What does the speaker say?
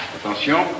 Attention